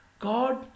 God